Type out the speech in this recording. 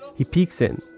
he peaks in,